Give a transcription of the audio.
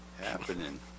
happening